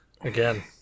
again